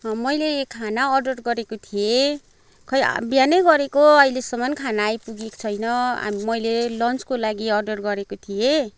मैले खाना अर्डर गरेको थिएँ खोइ बिहानै गरेको अहिलेसम्म खाना आइपुगेको छैन मैले लन्चको लागि अर्डर गरेको थिएँ